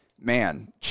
Man